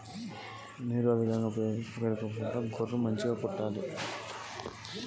నీరు అధికంగా పేరుకుపోకుండా ఉండటానికి ఏం చేయాలి?